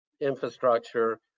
infrastructure